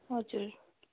हजुर